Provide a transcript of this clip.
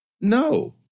No